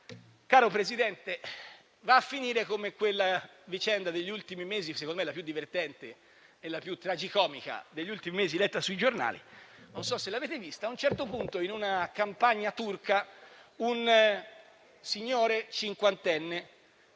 caro Presidente, va a finire come quella vicenda degli ultimi mesi, secondo me la più divertente e la più tragicomica letta sui giornali (non so se l'avete vista). A un certo punto, in una campagna turca, un signore cinquantenne